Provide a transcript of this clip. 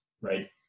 right